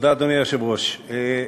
אדוני היושב-ראש, תודה,